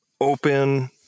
open